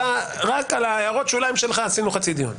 רק על הערות השוליים שלך עשינו חצי דיון.